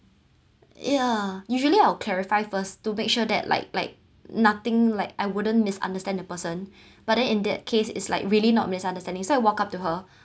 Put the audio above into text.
ya usually I will clarify first to make sure that like like nothing like I wouldn't misunderstand the person but that in that case is like really not misunderstanding so I walked up to her